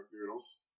noodles